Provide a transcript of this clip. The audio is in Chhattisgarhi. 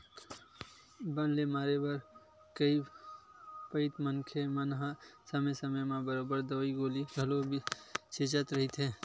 बन ल मारे बर कई पइत मनखे मन हा समे समे म बरोबर दवई गोली घलो छिंचत रहिथे